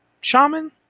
Shaman